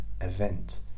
event